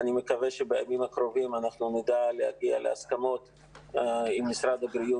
אני מקווה שבימים הקרובים אנחנו נדע להגיע להסכמות עם משרד הבריאות